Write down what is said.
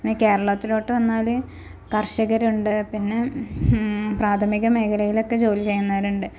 ഇനി കേരളത്തിലോട്ട് വന്നാൽ കര്ഷകരുണ്ട് പിന്നെ പ്രാഥമിക മേഖലയിലൊക്കെ ജോലി ചെയ്യുന്നവരുണ്ട്